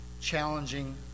challenging